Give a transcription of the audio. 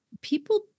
people